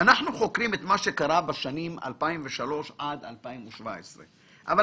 אנחנו חוקרים את מה שקרה בשנים 2003 עד 2017. אבל